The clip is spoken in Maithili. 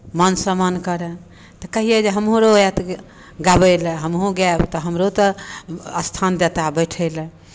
मान सम्मान करनि तऽ कहियै जे हमरो आयत गाबय लए हमहूँ गायब तऽ हमरो तऽ स्थान देता बैठय लए